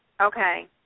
okay